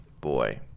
boy